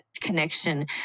connection